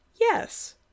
Yes